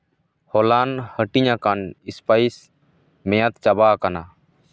ᱦᱚᱞᱟᱱ ᱦᱟᱹᱴᱤᱧ ᱟᱠᱟᱱ ᱥᱯᱟᱭᱤᱥ ᱢᱮᱭᱟᱫ ᱪᱟᱵᱟᱣ ᱠᱟᱱᱟ